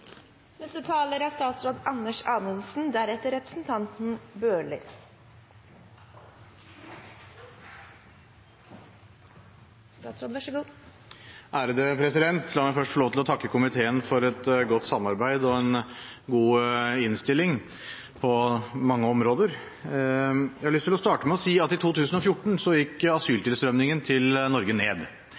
La meg først få lov til å takke komiteen for et godt samarbeid og en god innstilling på mange områder. Jeg har lyst til å starte med å si at i 2014 gikk asyltilstrømmingen til Norge ned.